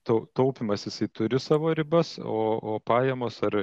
tau taupymas jisai turi savo ribas o o pajamos ar